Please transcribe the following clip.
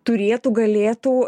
turėtų galėtų